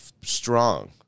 strong